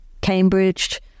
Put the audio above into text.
Cambridge